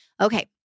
Okay